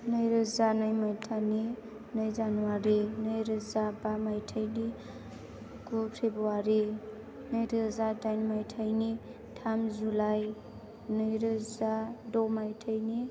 नैरोजा नै मायथाइनि नै जानुवारि नैरोजा बा मायथाइनि गु फेब्रुवारि नैरोजा दाइन मायथाइनि थाम जुलाइ नैरोजा द' मायथाइनि